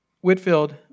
Whitfield